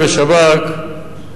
בשב"כ,